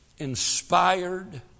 Inspired